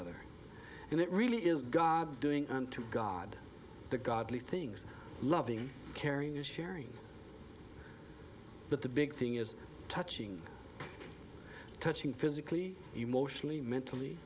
other and it really is god doing unto god the godly things loving caring and sharing but the big thing is touching touching physically emotionally mentally